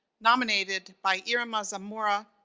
nominated by irma zamora.